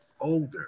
older